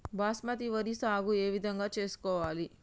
బాస్మతి వరి సాగు ఏ విధంగా చేసుకోవాలి?